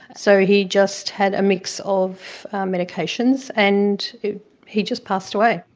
so he just had a mix of medications, and he just passed away.